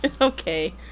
Okay